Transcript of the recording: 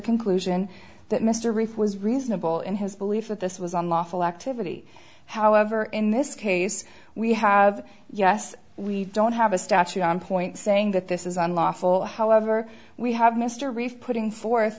conclusion that mr reith was reasonable in his belief that this was unlawful activity however in this case we have yes we don't have a statute on point saying that this is unlawful however we have mr reef putting forth